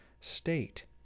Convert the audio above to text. state